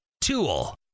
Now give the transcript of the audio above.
TOOL